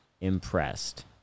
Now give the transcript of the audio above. impressed